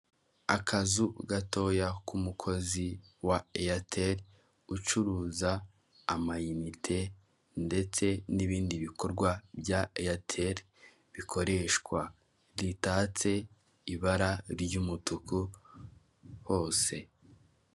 Umuhanda ukoze neza hagati harimo umurongo w'umweru wihese, umuntu uri ku kinyabiziga cy'ikinyamitende n'undi uhagaze mu kayira k'abanyamaguru mu mpande zawo hari amazu ahakikije n'ibyuma birebire biriho insinga z'amashanyarazi nyinshi.